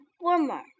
warmer